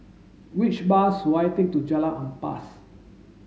which bus should I take to Jalan Ampas